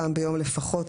פעם ביום לפחות,